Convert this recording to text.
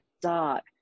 dark